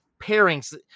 pairings